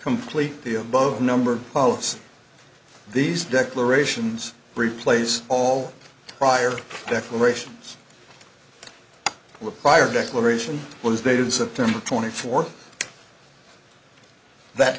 complete the above number follows these declarations replace all prior declarations the prior declaration was dated september twenty fourth that